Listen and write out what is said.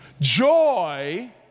Joy